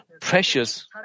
precious